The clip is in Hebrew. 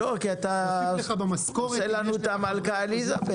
כי אתה עושה לנו תנועות נפנוף יד של המלכה אליזבת,